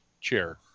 chair